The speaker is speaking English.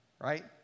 right